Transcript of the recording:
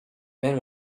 man